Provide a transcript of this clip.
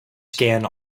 scan